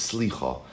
Slicha